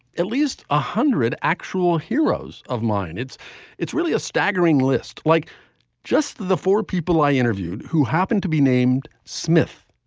at least one ah hundred actual heroes of mine. it's it's really a staggering list, like just the four people i interviewed who happened to be named smith,